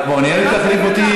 את מעוניינת להחליף אותי,